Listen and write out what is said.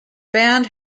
band